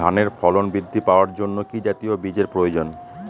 ধানে ফলন বৃদ্ধি পাওয়ার জন্য কি জাতীয় বীজের প্রয়োজন?